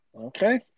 Okay